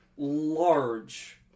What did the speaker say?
large